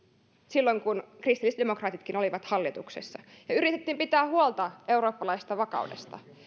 silloin kun kristillisdemokraatitkin olivat hallituksessa yritettiin pitää huolta eurooppalaisesta vakaudesta